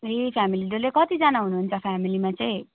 ए family डल्लै कतिजना हुनुहुन्छ फेमिलीमा चाहिँ